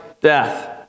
death